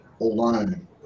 alone